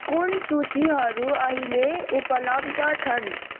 कुन सूचीहरू अहिले उपलब्ध छन्